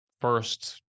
first